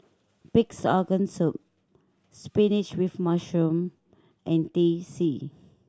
Pig's Organ Soup spinach with mushroom and Teh C